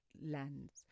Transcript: lands